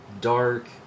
dark